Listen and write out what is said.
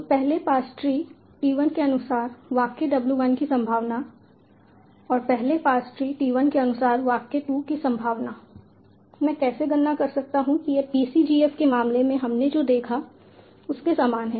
तो पहले parse tree T 1 के अनुसार वाक्य W 1 की संभावना और पहले पार्स ट्री T 1 के अनुसार वाक्य W 2 की संभावना मैं कैसे गणना करता हूं कि यह PCGF के मामले में हमने जो देखा है उसके समान है